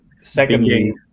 secondly